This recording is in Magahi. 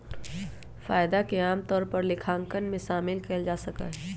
फायदा के आमतौर पर लेखांकन में शामिल कइल जा सका हई